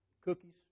cookies